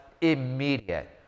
immediate